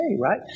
right